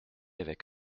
avec